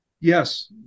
Yes